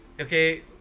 Okay